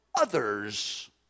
others